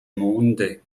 monde